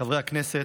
חברי הכנסת,